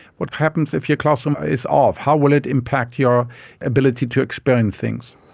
what happens if your claustrum is off? how will it impact your ability to experience things?